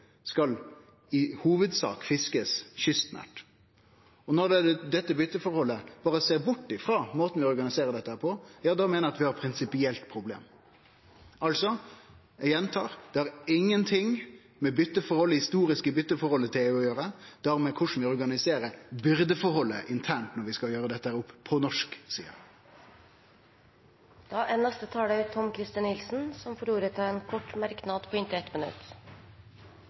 skal fiskast kystnært. Når byteforholdet ser bort ifrå korleis vi organiserer dette, meiner eg vi har eit prinsipielt problem. Eg gjentar: Det har ingenting med det historiske byteforholdet med EU å gjere. Det har med korleis vi organiserer byrdeforholdet internt når vi skal gjere dette opp på norsk side. Representanten Tom-Christer Nilsen har hatt ordet to ganger tidligere i debatten og får ordet til en kort merknad, begrenset til 1 minutt.